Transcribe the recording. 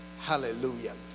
Hallelujah